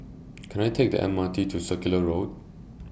Can I Take The M R T to Circular Road